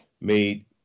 made